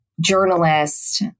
journalist